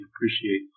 appreciate